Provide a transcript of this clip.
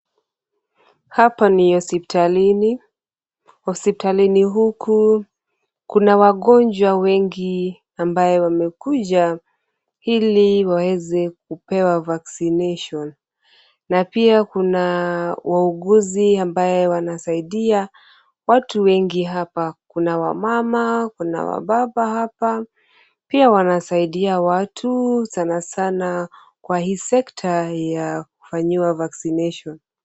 Hapa ni hospitalini. Hospitalini huku kuna wagonjwa wengi ambayenwamekuja ili waweze kupewa vaccination na pia kuna wauguzi ambaye wanasaidia watu wengi hapa. Kuna wamama, kuna wababa hapa. Pia, wanasaidia watu sana sana kwa hii sekta ya kufanyiwa vaccination .